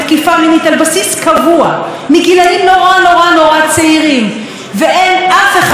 ואין אף אחד ואף אחת בממשלה הזאת שרואה לעצמה סמכות להגן עליהן,